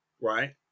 right